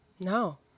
No